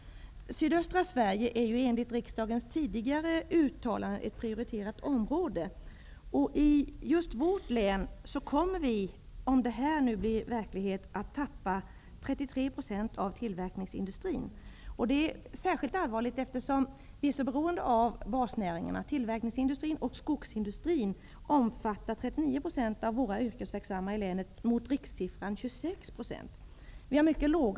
Sydöstra Sverige är enligt riksdagens tidigare uttalande ett prioriterat område. I mitt hemlän kommer man -- om detta nu blir verklighet -- att tappa 33 av tillverkningsindustrin, vilket är särskilt allvarligt, eftersom man är så beroende av basnäringarna. Tillverkningsindustrin och skogsindustrin omfattar 39 % av antalet yrkesverksamma i länet jämfört med rikssiffran 26 %.